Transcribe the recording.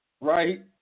right